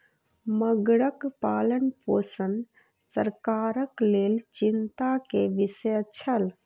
मगरक पालनपोषण सरकारक लेल चिंता के विषय छल